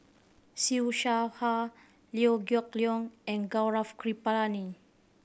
Siew Shaw Her Liew Geok Leong and Gaurav Kripalani